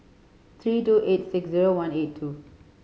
three two eight six zero one eight two